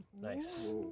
Nice